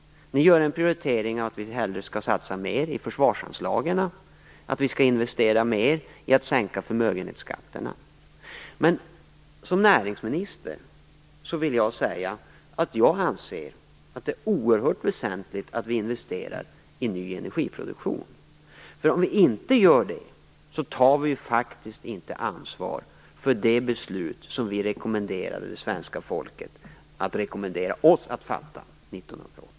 Ni gör prioriteringen att vi hellre skall satsa mer på försvarsanslagen, att vi skall investera mer när det gäller att sänka förmögenhetsskatterna. Men som näringsminister vill jag säga att jag anser att det är oerhört väsentligt att vi investerar i ny energiproduktion. Om vi inte gör det tar vi faktiskt inte ansvar för det beslut som vi rådde svenska folket att rekommendera oss att fatta 1980.